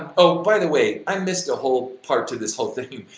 oh by the way, i missed a whole part to this whole thing.